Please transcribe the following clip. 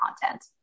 content